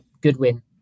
Goodwin